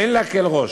אין להקל ראש,